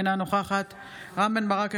אינה נוכחת רם בן ברק,